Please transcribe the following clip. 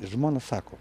žmona sako